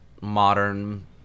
modern